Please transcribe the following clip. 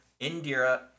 Indira